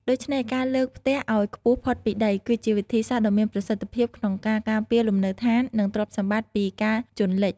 ដូច្នេះ ការលើកផ្ទះឲ្យខ្ពស់ផុតពីដី គឺជាវិធីសាស្រ្តដ៏មានប្រសិទ្ធភាពក្នុងការការពារលំនៅឋាន និងទ្រព្យសម្បត្តិពីការជន់លិច ។